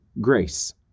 grace